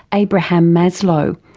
abraham maslow.